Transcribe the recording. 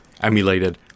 emulated